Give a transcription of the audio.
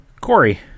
Corey